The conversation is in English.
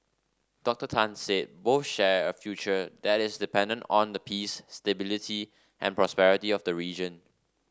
Doctor Tan said both share a future that is dependent on the peace stability and prosperity of the region